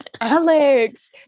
Alex